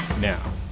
Now